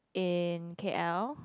in K_L